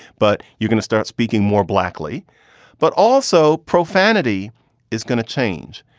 but you're going to start speaking more. blakley but also profanity is going to change.